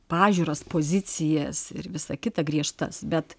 pažiūras pozicijas ir visą kitą griežtas bet